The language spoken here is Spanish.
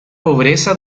pobreza